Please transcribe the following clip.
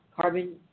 carbon